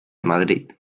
madrid